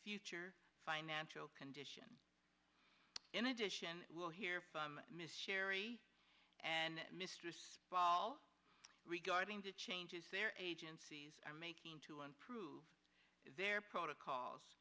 future financial condition in addition we'll hear from michelle and mistress wall regarding the changes their agencies are making to unprove their protocols